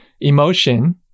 emotion